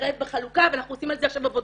להתערב בחלוקה ואנחנו עושים על זה עכשיו עבודה,